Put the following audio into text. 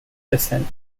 descent